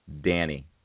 Danny